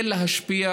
כן להשפיע,